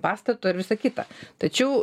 pastato ir visa kita tačiau